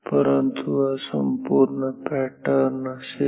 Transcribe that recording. तर हा संपूर्ण पॅटर्न असेल